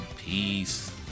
Peace